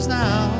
now